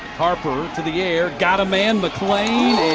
harper to the air. got a man. mcclain.